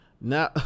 now